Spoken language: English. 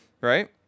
right